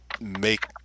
make